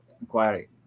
inquiry